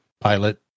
pilot